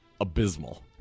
abysmal